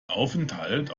aufenthalt